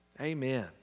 Amen